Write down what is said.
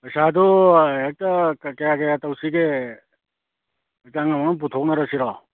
ꯄꯩꯁꯥꯗꯨ ꯍꯦꯛꯇ ꯀꯌꯥ ꯀꯌꯥ ꯇꯧꯁꯤꯒꯦ ꯍꯦꯛꯇ ꯑꯉꯝ ꯑꯉꯝ ꯄꯨꯊꯣꯛꯅꯔꯁꯤꯔꯣ